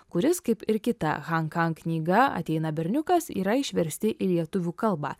kuris kaip ir kita han kang knyga ateina berniukas yra išversti į lietuvių kalbą